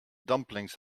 dumplings